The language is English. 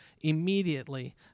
immediately